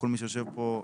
כל מי שיושב פה,